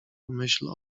myśl